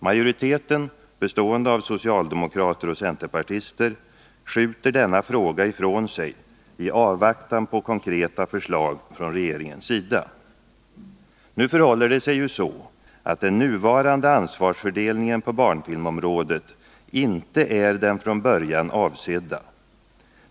Majoriteten, bestående av socialdemokrater och centerpartister, skjuter Nr 48 denna fråga ifrån sig i avvaktan på konkreta förslag från regeringens sida. Nu förhåller det sig ju så att den nuvarande ansvarsfördelningen på barnfilmområdet inte är den från början avsedda.